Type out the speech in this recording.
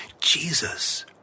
Jesus